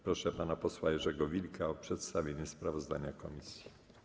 Proszę pana posła Jerzego Wilka o przedstawienie sprawozdania komisji.